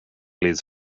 liz